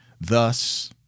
Thus